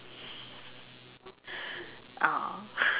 ah